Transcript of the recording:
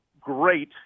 great